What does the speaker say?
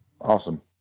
awesome